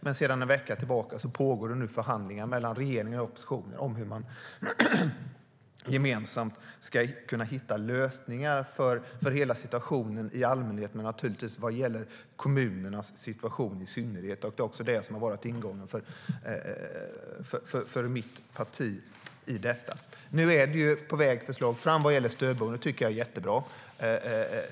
Men sedan en vecka tillbaka pågår det förhandlingar mellan regeringen och oppositionen om hur man gemensamt ska kunna hitta lösningar för hela situationen i allmänhet, men naturligtvis när det gäller kommunernas situation i synnerhet. Det är också det som har varit ingången för mitt parti i fråga om detta. Nu är förslag på gång när det gäller stödboende, vilket jag tycker är mycket bra.